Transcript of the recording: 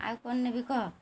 ଆଉ କ'ଣ ନେବି କହ